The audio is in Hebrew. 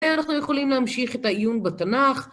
אנחנו יכולים להמשיך את העיון בתנ״ך.